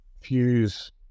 fuse